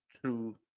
true